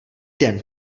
den